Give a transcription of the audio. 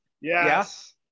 Yes